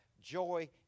joy